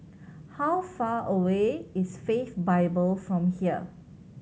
how far away is Faith Bible from here